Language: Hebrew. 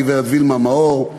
הגברת וילמה מאור,